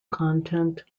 content